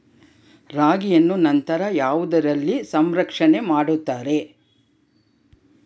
ರಾಗಿಯನ್ನು ನಂತರ ಯಾವುದರಲ್ಲಿ ಸಂರಕ್ಷಣೆ ಮಾಡುತ್ತಾರೆ?